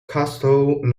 castle